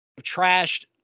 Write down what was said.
trashed